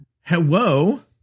hello